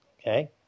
okay